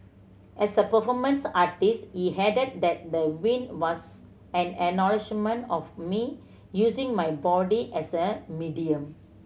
as a performance artist he added that the win was an acknowledgement of me using my body as a medium